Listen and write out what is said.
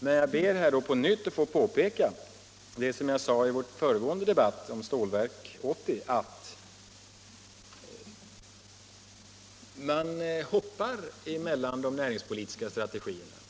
Men jag ber på nytt att få påpeka vad jag sade i den föregående debatten om Stålverk 80, nämligen att industriministern hoppar mellan de näringspolitiska strategierna.